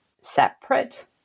separate